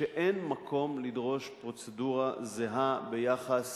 שאין מקום לדרוש פרוצדורה זהה ביחס